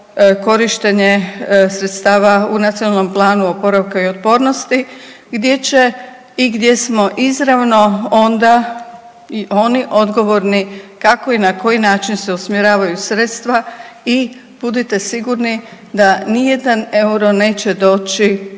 korištenje sredstava u Nacionalnom planu oporavka i otpornosti gdje će i gdje smo izravno onda i oni odgovorni kako i na koji način se usmjeravaju sredstava i budite sigurni da nijedan euro neće doći